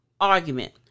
argument